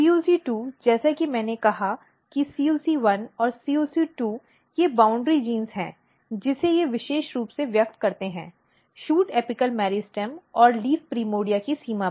CUC2 जैसा कि मैंने कहा है कि CUC1 और CUC2 ये बाउन्ड्री जीन हैं जिसे ये विशेष रूप से व्यक्त करते हैं शूट एपिकल मेरिस्टेम और लीफ प्रिमोर्डिया की सीमा पर